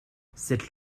cette